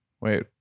Wait